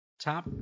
top